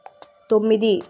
తొమ్మిది